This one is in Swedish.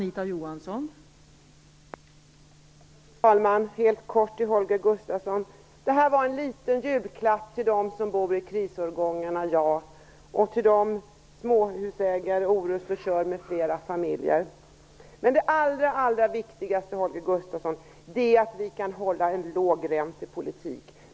Fru talman! Ja, det här är en liten julklapp till dem som bor i krisårgångarnas bostäder, till de småhusägare på Orust och Tjörn m.fl. Men det allra viktigaste, Holger Gustafsson, är att vi kan hålla en lågräntepolitik.